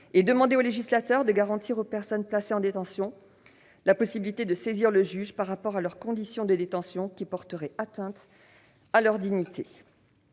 et demandé au législateur de garantir aux personnes placées en détention la possibilité de saisir le juge par rapport à des conditions de détention qui porteraient atteinte à leur dignité.